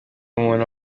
umuntu